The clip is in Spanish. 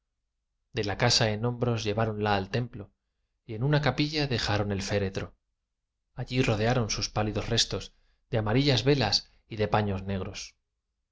de la casa en hombros lleváronla al templo y en una capilla dejaron el féretro allí rodearon sus pálidos restos de amarillas velas y de paños negros